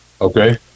Okay